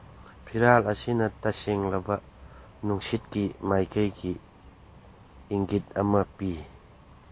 ꯐꯤꯔꯥꯜ ꯑꯁꯤꯅ ꯇꯁꯦꯡꯂꯕ ꯅꯨꯡꯁꯤꯠꯀꯤ ꯃꯥꯏꯀꯩꯒꯤ ꯏꯪꯒꯤꯠ ꯑꯃ ꯄꯤ